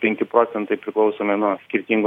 penki procentai priklausomai nuo skirtingų